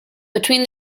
between